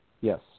Yes